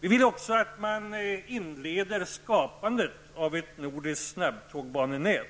Vi vill också att man skall inleda skapandet av ett nordiskt snabbtågbanenät.